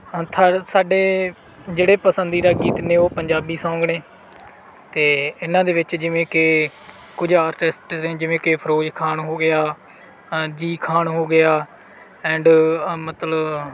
ਅ ਥਰ ਸਾਡੇ ਜਿਹੜੇ ਪਸੰਦੀਦਾ ਗੀਤ ਨੇ ਉਹ ਪੰਜਾਬੀ ਸੌਂਗ ਨੇ ਅਤੇ ਇਹਨਾਂ ਦੇ ਵਿੱਚ ਜਿਵੇਂ ਕਿ ਕੁਝ ਆਰਟਿਸਟ ਨੇ ਜਿਵੇਂ ਕਿ ਫਿਰੋਜ਼ ਖਾਨ ਹੋ ਗਿਆ ਅ ਜੀ ਖਾਨ ਹੋ ਗਿਆ ਐਂਡ ਅ ਮਤਲਬ